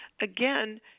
again